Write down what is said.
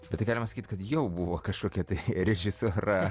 bet tai galima sakyt kad jau buvo kažkokia tai režisūra